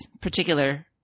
particular